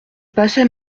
passais